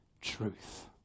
truth